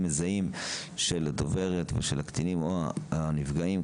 מזהים של הדוברת ושל הקטינים או הנפגעים.